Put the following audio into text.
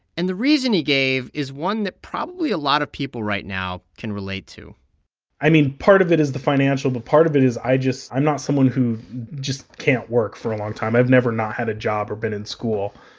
and the reason he gave is one that probably a lot of people right now can relate to i mean, part of it is the financial, but part of it is i just i'm not someone who just can't work for a long time. i've never not had a job or been in school.